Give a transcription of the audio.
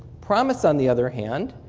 promis, on the other hand,